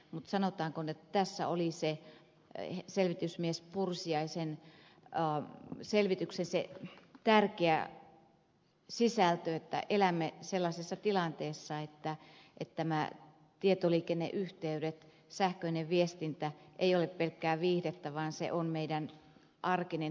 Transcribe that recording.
mutta sanotaanko että tässä oli selvitysmies pursiaisen selvityksen se tärkeä sisältö että elämme sellaisessa tilanteessa että nämä tietoliikenneyhteydet sähköinen viestintä ei ole pelkkää viihdettä vaan se on meidän arkinen työvälineemme